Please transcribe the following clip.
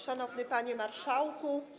Szanowny Panie Marszałku!